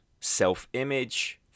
self-image